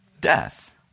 death